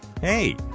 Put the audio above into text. Hey